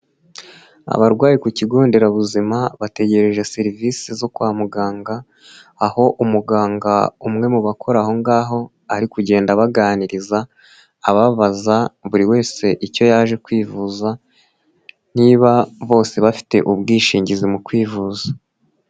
Abarwayi ku kigo nderabuzima bategereje serivise zo kwa muganga aho umuganga umwe mu bakora aho ngaho ari kugenda abaganiriza ababaza buri wese icyo yaje kwivuza niba bose bafite ubwishingizi mu kwivuza.